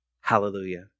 hallelujah